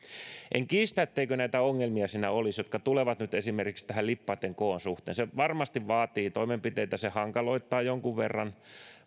en kiistä etteikö näitä ongelmia siinä olisi jotka tulevat nyt esimerkiksi lippaitten koon suhteen se varmasti vaatii toimenpiteitä se hankaloittaa jonkun verran